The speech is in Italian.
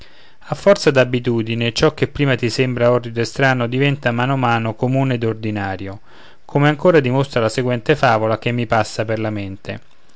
a forza d'abitudine ciò che prima ti sembra orrido e strano diventa mano mano comune ed ordinario come ancora dimostra la seguente favola che mi passa per la mente